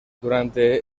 durante